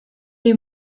les